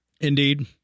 Indeed